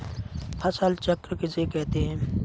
फसल चक्र किसे कहते हैं?